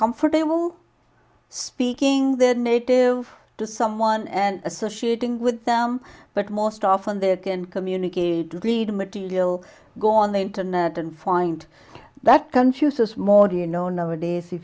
comfortable speaking their native to someone and associated with them but most often they can communicate lead material go on the internet and find that confuses more you know nowadays